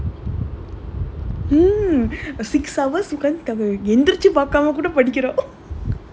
நான் நான்:naan naan course video பாக்குறேன்:paakkuraen course video பாக்குறேன்:paakkuraen